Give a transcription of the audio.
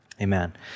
Amen